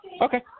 Okay